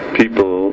people